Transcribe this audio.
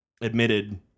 admitted